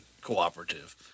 cooperative